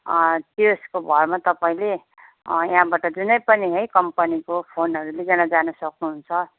त्यसको भरमा तपाईँले यहाँबाट जुनै पनि है कम्पनीको फोनहरू लिकन जानु सक्नुहुन्छ